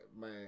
Man